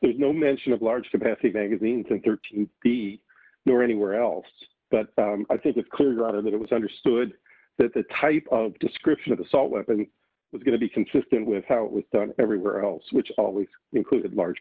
there's no mention of large capacity magazines and thirteen b nor anywhere else but i think it's clear either that it was understood that the type of description of the salt weapon was going to be consistent with how with the everywhere else which always included large